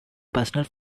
personal